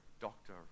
doctor